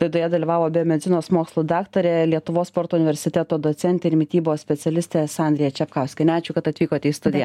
laidoje dalyvavo biomedicinos mokslų daktarė lietuvos sporto universiteto docentė ir mitybos specialistė sandrija čapkauskienė ačiū kad atvykote į studiją